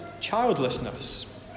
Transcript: childlessness